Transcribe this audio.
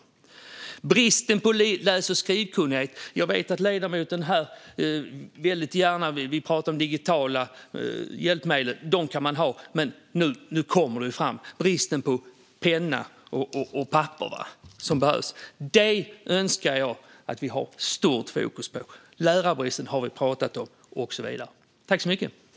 När det gäller bristen på läs och skrivkunnighet vet jag att ledamoten väldigt gärna vill prata om digitala hjälpmedel. Sådana kan man ha, men nu kommer det fram att papper och penna behövs. Det önskar jag att vi har stort fokus på. Lärarbristen har vi också pratat om.